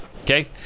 Okay